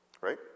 Right